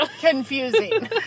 confusing